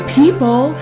people